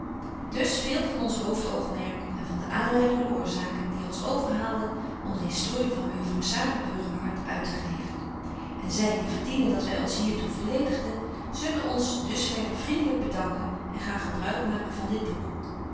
dus veel van ons hoofdoogmerk en van de aanleidende oorzaken die ons overhaalden om de historie van mejuffrouw s a r a b u r g e r h a r t uittegeven en zy die verdienen dat wy ons hier toe verledigden zullen ons dus verre vriendelyk bedanken en gaarn gebruik maken van dit boek